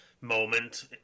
moment